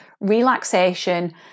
relaxation